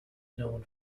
known